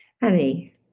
Annie